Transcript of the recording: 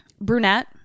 Brunette